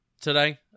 today